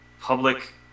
public